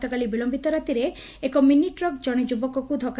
ଗତକାଲି ବିଳଧିତ ରାତିରେ ଏକ ମିନିଟ୍ରକ୍ ଜଶେ ଯୁବକକୁ ଧକୁ